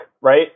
right